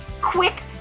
quick